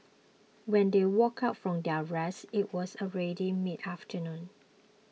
when they woke up from their rest it was already midafternoon